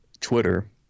Twitter